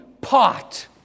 pot